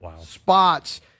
spots